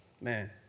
Man